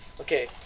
Okay